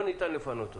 לא ניתן לפנות אותו.